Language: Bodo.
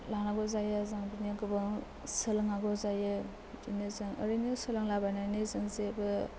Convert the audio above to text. लानांगौ जायो जों बिदिनो गोबां सोलोंनांगौ जायो बिदिनो जों ओरैनो सोलोंलाबायनानै जों जेबो